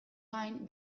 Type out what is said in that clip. gain